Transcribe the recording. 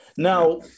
Now